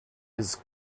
his